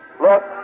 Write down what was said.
Look